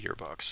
yearbooks